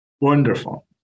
Wonderful